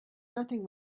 nothing